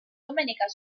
domenica